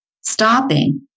Stopping